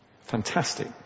Fantastic